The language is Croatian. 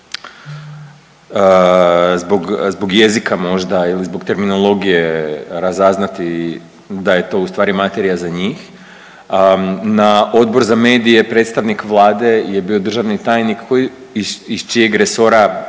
zbog jezika možda ili zbog terminologije razaznati da je to ustvari materija za njih. Na Odbor za medije predstavnik Vlade je bio državni tajnik iz čijeg resora